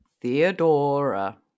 Theodora